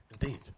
indeed